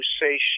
say